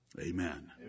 Amen